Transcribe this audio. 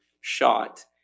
shot